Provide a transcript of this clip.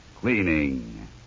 cleaning